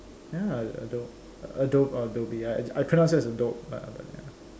ya Adobe Adobe or Adobe ya I pronounce it as Adobe but ya